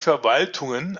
verwaltungen